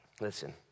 listen